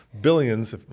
billions